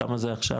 כמה זה עכשיו?